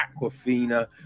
Aquafina